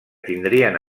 tindrien